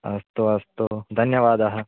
अस्तु अस्तु धन्यवादः